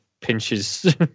pinches